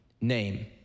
name